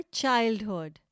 childhood